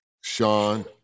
Sean